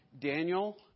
Daniel